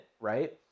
right